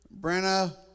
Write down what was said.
Brenna